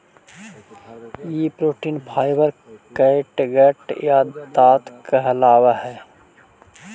ई protein fibre catgut या ताँत कहलावऽ हई